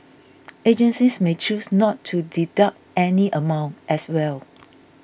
agencies may choose not to deduct any amount as well